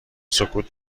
سکوت